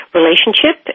relationship